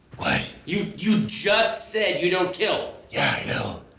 you you just said you don't kill yeah i know,